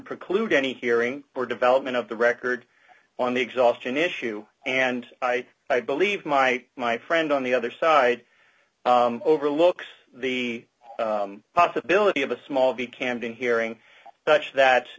preclude any hearing or development of the record on the exhaustion issue and i i believe my my friend on the other side overlooks the possibility of a small be camping hearing such that